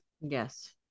Yes